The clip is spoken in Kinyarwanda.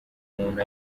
umuntu